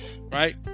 right